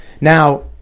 Now